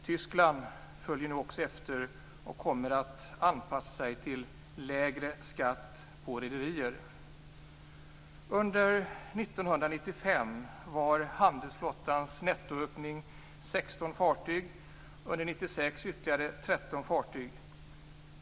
Tyskland följer nu också efter och kommer att anpassa sig till lägre skatt på rederier. fartyg och under 1996 ytterligare 13 fartyg.